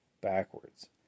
backwards